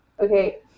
okay